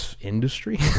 industry